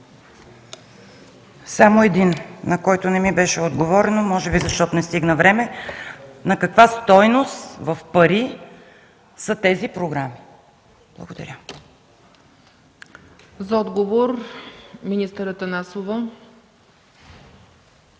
Само един, на който не ми беше отговорено, може би защото не стигна време – на каква стойност в пари са тези програми? Благодаря. ПРЕДСЕДАТЕЛ ЦЕЦКА ЦАЧЕВА: За